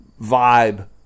vibe